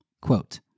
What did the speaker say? Quote